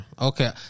Okay